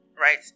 right